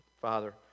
Father